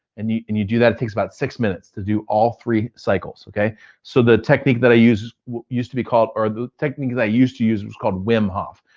and you and you do that, takes about six minutes to do all three cycles. so the technique that i use is what used to be called or the technique that i used to use was called wim hof.